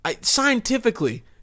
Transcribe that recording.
scientifically